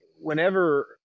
whenever